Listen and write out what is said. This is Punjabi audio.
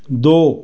ਦੋ